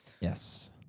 Yes